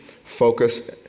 focus